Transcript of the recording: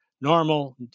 normal